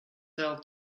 sell